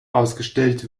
ausgestellt